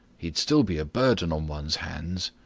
he'd still be a burden on one's hands.